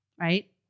Right